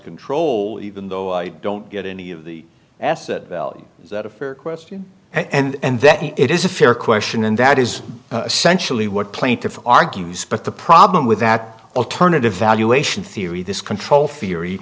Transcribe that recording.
control even though i don't get any of the asset value is that a fair question and that it is a fair question and that is essentially what plaintiff argues but the problem with that alternative valuation theory this control theory